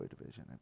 Division